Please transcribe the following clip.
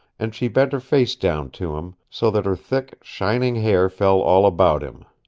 and she bent her face down to him, so that her thick, shining hair fell all about him.